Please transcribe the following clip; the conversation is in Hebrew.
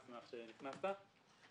אני